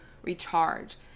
recharge